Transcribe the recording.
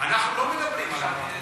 אנחנו לא מדברים על המועדון הזה.